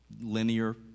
linear